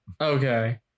Okay